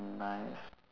mm nice